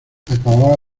acababa